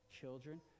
children